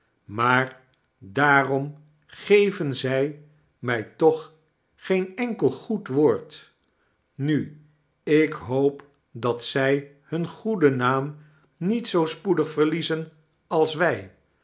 maar daarom geven zij mij toch geen enkel goed woord nu ik hoop dat zij hun goeden naam niet zoo spoedig verliezen als wij